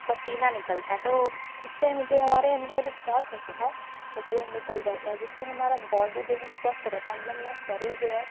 पसीना निकलता है तो उससे जो हमारे अंदर का जो फ़ैट होता है वो पूरा निकल जाता है जिससे हमारा बॉडी जो है स्वस्थ रहता है मतलब मेरा शरीर जो है